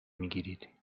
میگیرید